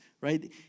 right